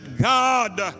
God